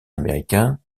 américain